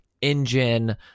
engine